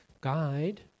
guide